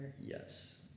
Yes